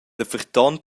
daferton